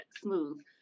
smooth